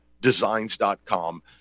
designs.com